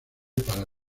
para